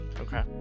Okay